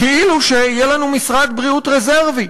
כאילו שיהיה לנו משרד בריאות רזרבי,